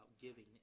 giving